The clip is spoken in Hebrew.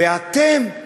ואתם,